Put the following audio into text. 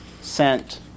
sent